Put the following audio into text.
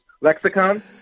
lexicon